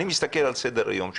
אני מסתכל על סדר היום שלך.